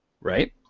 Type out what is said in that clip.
right